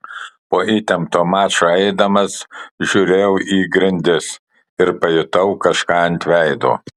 po įtempto mačo eidamas žiūrėjau į grindis ir pajutau kažką ant veido